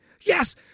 Yes